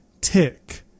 Tick